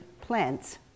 plants